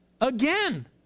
again